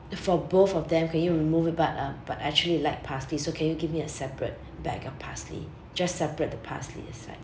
for both of them can you remove it but uh but actually I like parsley so can you give me a separate bag of parsley just separate the parsley aside